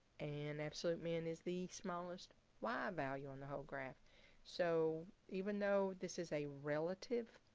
and absolute min is the smallest y value on the whole graph so even though this is a relative,